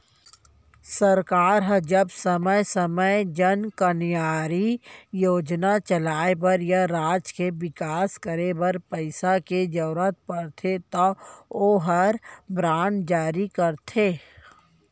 सरकार ह जब समे समे जन कल्यानकारी योजना चलाय बर या राज के बिकास करे बर पइसा के जरूरत परथे तौ ओहर बांड जारी करथे